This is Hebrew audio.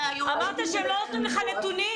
אמרת שהם לא נותנים לך נתונים.